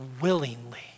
willingly